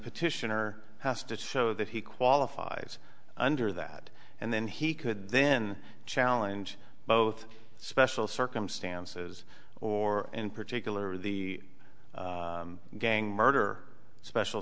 petitioner has to show that he qualifies under that and then he could then challenge both special circumstances or in particular the gang murder special